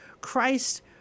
Christ